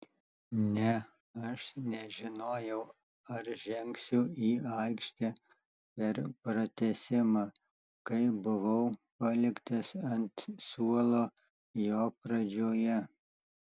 ne aš nežinojau ar žengsiu į aikštę per pratęsimą kai buvau paliktas ant suolo jo pradžioje